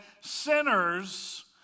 sinners